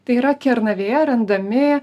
tai yra kernavėje randami